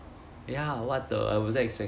ya what the I wasn't expect